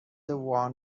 ووهان